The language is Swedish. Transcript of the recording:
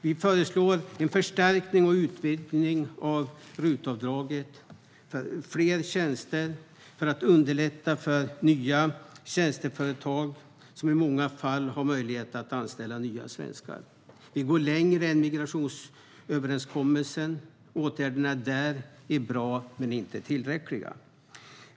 Vi föreslår en förstärkning och utvidgning av RUT-avdraget med fler tjänster för att underlätta för nya tjänsteföretag som i många fall har möjlighet att anställa nya svenskar. Vi går längre än migrationsöverenskommelsen. Åtgärderna där är bra men inte tillräckliga.